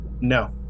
No